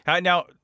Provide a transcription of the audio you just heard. Now